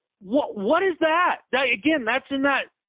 what what is that that again? that's in that.